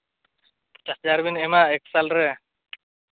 ᱯᱚᱧᱪᱟᱥ ᱦᱟᱡᱟᱨ ᱵᱤᱱ ᱮᱢᱟ ᱮᱠ ᱥᱟᱞ ᱨᱮ